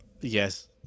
Yes